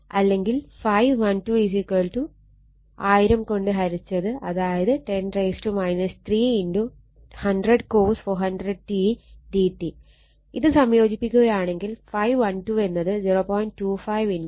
അല്ലെങ്കിൽ ∅12 1000 കൊണ്ട് ഹരിച്ചത് അതായത് 10 3 100 cos d t ഇത് സംയോജിപ്പിക്കുകയാണെങ്കിൽ ∅12 എന്നത് 0